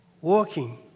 walking